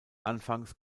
anfangs